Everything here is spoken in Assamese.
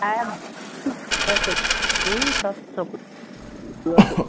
চব চকুত লৈছোঁ